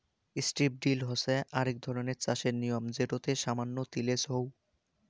strip drill হসে আক ধরণের চাষের নিয়ম যেটোতে সামান্য তিলেজ হউ